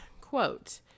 quote